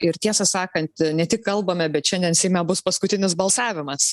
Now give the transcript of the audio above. ir tiesą sakant ne tik kalbame bet šiandien seime bus paskutinis balsavimas